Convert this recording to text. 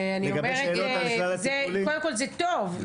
זה טוב,